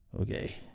Okay